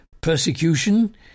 persecution